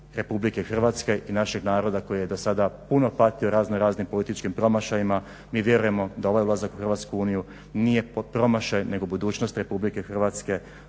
građanki RH i našeg naroda koji je do sada puno patio raznoraznim političkim promašajima. Mi vjerujemo da ovaj ulazak Hrvatske u Uniju nije promašaj nego budućnost RH zbog svih